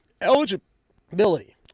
Eligibility